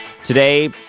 Today